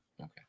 Okay